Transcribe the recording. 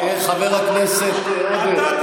חבר הכנסת עודה.